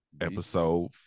Episode